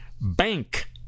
Bank